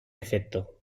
efecto